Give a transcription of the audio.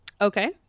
Okay